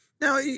Now